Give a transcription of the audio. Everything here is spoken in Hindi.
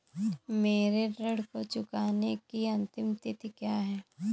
मेरे ऋण को चुकाने की अंतिम तिथि क्या है?